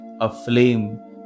aflame